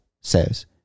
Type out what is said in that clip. says